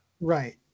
Right